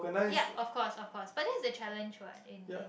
yup of course of course but then it's a challenge what in in